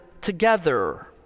together